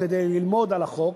כדי ללמוד על החוק,